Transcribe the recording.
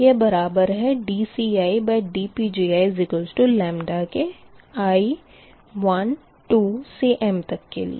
यह बराबर है dCidPgi के i12m के लिए